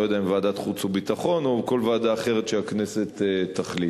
ואני לא יודע אם ועדת חוץ וביטחון או כל ועדה אחרת שהכנסת תחליט.